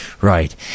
Right